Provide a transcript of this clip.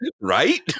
Right